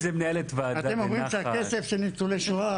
אתם אומרים שהכסף של ניצולי שואה,